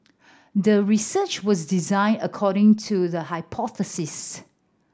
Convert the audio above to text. the research was designed according to the hypothesis